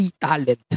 talent